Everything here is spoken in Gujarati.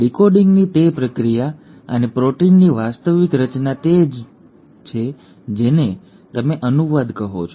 ડિકોડિંગની તે પ્રક્રિયા અને પ્રોટીનની વાસ્તવિક રચના તે જ છે જેને તમે અનુવાદ કહો છો